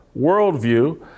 worldview